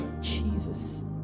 Jesus